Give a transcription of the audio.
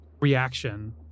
reaction